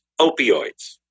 opioids